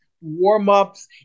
warm-ups